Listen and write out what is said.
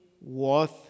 worth